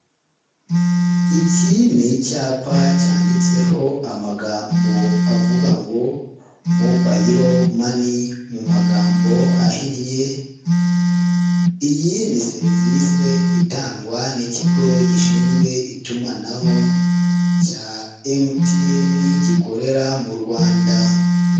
Iki ni icyapa cyanditseho amagambo avuga ngo mobiyiro money mu magambo ahinnye. Iyi ni serivisi itangwa n'ikigo gishinzwe itumanaho cya MTN gikorera mu Rwanda.